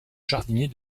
jardinier